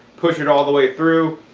push it all the way through.